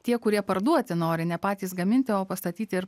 tie kurie parduoti nori ne patys gaminti o pastatyti ir